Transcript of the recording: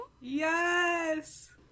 yes